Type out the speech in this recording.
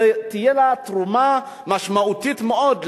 תהיה לו תרומה משמעותית מאוד,